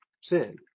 sin